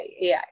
AI